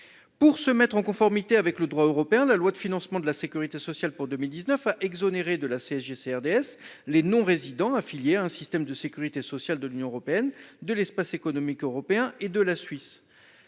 législation en conformité avec le droit européen, la loi de financement de la sécurité sociale pour 2019 a exonéré de la CSG CRDS les non résidents affiliés à un système de sécurité sociale de l’Union européenne, de l’Espace économique européen et de la Suisse.